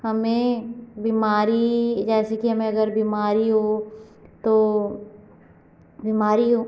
हमें बीमारी जैसे कि हमें अगर बीमारी हो तो बीमारी हो